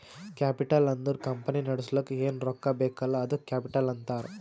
capital ಅಂದುರ್ company ನಡುಸ್ಲಕ್ ಏನ್ ರೊಕ್ಕಾ ಬೇಕಲ್ಲ ಅದ್ದುಕ ಕ್ಯಾಪಿಟಲ್ ಅಂತಾರ್